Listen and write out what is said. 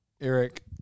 Eric